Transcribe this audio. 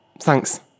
Thanks